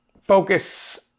focus